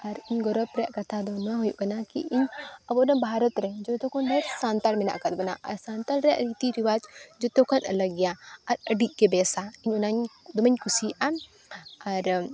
ᱟᱨ ᱤᱧ ᱜᱚᱨᱚᱵ ᱨᱮᱭᱟᱜ ᱠᱟᱛᱷᱟ ᱫᱚ ᱱᱚᱣᱟ ᱦᱩᱭᱩᱜ ᱠᱟᱱᱟ ᱠᱤ ᱤᱧ ᱟᱵᱚ ᱚᱱᱟ ᱵᱷᱟᱨᱚᱛ ᱨᱮ ᱡᱚᱛᱚᱠᱷᱚᱱ ᱰᱷᱮᱨ ᱥᱟᱱᱛᱟᱲ ᱢᱮᱱᱟᱜ ᱠᱟᱫ ᱵᱚᱱᱟ ᱟᱨ ᱥᱟᱱᱛᱟᱲ ᱨᱮᱭᱟᱜ ᱨᱤᱛᱤ ᱨᱮᱣᱟᱡᱽ ᱡᱚᱛᱚ ᱠᱷᱚᱱ ᱟᱞᱟᱠ ᱜᱮᱭᱟ ᱟᱨ ᱟᱹᱰᱤᱜᱮ ᱵᱮᱥᱟ ᱤᱧ ᱚᱱᱟᱧ ᱫᱚᱢᱮᱧ ᱠᱩᱥᱤᱭᱟᱜᱼᱟ ᱟᱨ